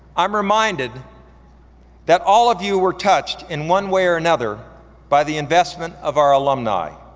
i'm reminded that all of you were touched in one way or another by the investment of our alumni.